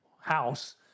house